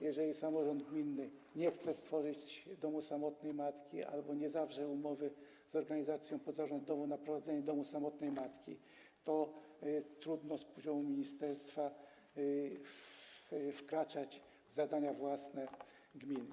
Jeżeli samorząd gminny nie chce stworzyć domu samotnej matki albo nie zawrze umowy z organizacją pozarządową na prowadzenie domu samotnej matki, to trudno z poziomu ministerstwa wkraczać w zadania własne gminy.